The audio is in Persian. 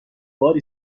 باری